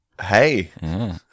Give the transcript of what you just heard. Hey